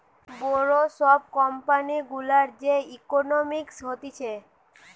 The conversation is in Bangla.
বড় সব কোম্পানি গুলার যে ইকোনোমিক্স হতিছে